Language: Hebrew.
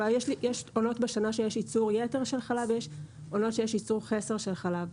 יש עונות בשנה שיש ייצור יתר של חלב ויש עונות שיש ייצור חסר של חלב.